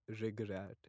regret